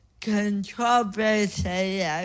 Controversy